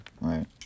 right